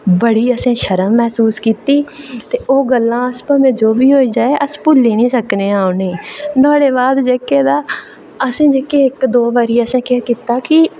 बड़ी असें शर्म मसूस कीती ते ओह् गल्लां भाएं जिन्नी होई जा अस भुल्ली निं सकनेआं उनेंगी नुहाड़े बाद जेह्के तां असें जेह्के तां इक्क दौ बारी केह् कीता के